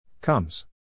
Comes